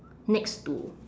next to